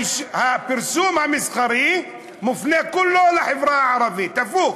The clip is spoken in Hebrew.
הפרסום המסחרי מופנה כולו לחברה הערבית, הפוך?